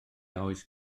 oes